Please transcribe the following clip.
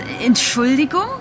Entschuldigung